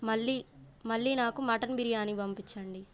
మళ్ళీ మళ్ళీ నాకు మటన్ బిర్యానీ పంపించండి